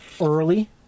early